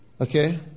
Okay